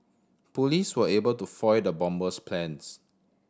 police were able to foil the bomber's plans